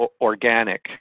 organic